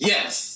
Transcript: Yes